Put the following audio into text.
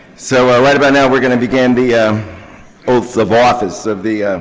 so ah right about now we're going to begin the ah oath of office of the